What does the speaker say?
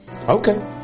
Okay